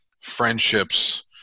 friendships